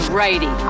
Brady